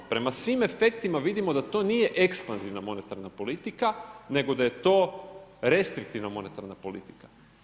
Prema svim efektima vidimo da to nije ekspanzivna monetarna politika nego da je to restriktivna monetarna politika.